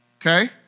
okay